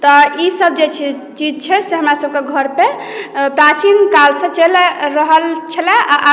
तऽ ई सभ जे छै चीज छै से हमरा सभके घर पे प्राचीन कालसँ चलल आबि रहल छलए